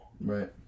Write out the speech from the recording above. right